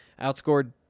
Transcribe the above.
Outscored